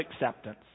acceptance